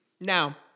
Now